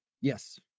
Yes